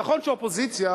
נכון שאופוזיציה,